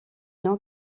non